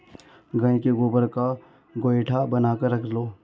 गाय के गोबर का गोएठा बनाकर रख लो